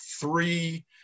three